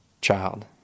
child